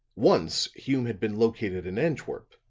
once hume had been located in antwerp,